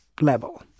level